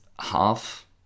half